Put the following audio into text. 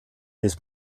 bis